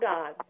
God